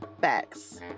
facts